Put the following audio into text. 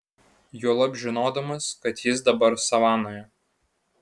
juolab žinodamas kad jis dabar savanoje